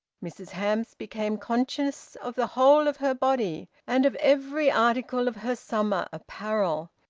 mrs hamps became conscious of the whole of her body and of every article of her summer apparel,